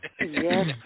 Yes